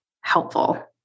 helpful